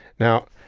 now,